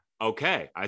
Okay